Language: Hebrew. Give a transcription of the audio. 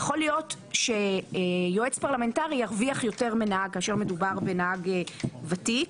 יכול להיות שיועץ פרלמנטרי ירוויח יותר מנהג כאשר מדובר בנהג ותיק.